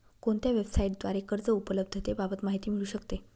कोणत्या वेबसाईटद्वारे कर्ज उपलब्धतेबाबत माहिती मिळू शकते?